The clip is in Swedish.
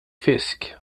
fisk